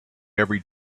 every